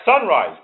sunrise